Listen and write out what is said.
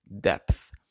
depth